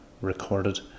recorded